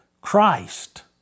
Christ